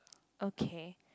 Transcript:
okay